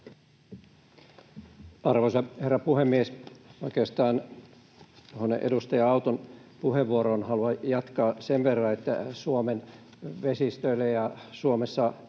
Arvoisa herra puhemies! Oikeastaan edustaja Auton puheenvuoroon haluan jatkaa sen verran, että Suomen vesistöihin ja Suomeen